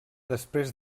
després